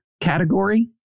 category